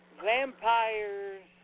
vampires